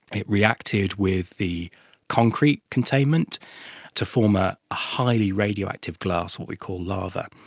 it reacted with the concrete containment to form a highly radioactive glass, what we call lava.